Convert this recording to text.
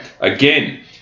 Again